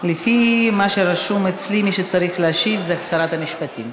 לפי מה שרשום אצלי, מי שצריך להשיב, שרת המשפטים.